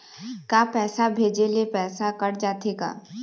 का पैसा भेजे ले पैसा कट जाथे का?